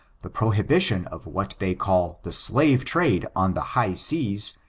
the prohibition of what they call the slave trade on the high seas,